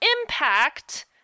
impact